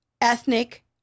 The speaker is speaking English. ethnic